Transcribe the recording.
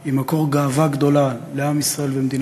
בבקשה.